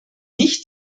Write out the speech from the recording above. nicht